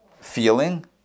feeling